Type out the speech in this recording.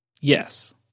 Yes